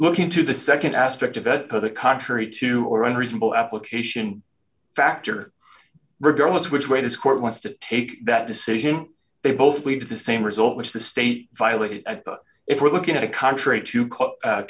looking to the nd aspect of it to the contrary two or unreasonable application factor regardless of which way this court wants to take that decision they both lead to the same result which the state violated if we're looking at a contrary to